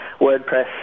WordPress